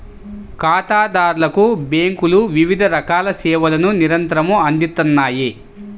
ఖాతాదారులకు బ్యేంకులు వివిధ రకాల సేవలను నిరంతరం అందిత్తన్నాయి